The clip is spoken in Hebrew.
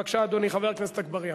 בבקשה, אדוני חבר הכנסת אגבאריה,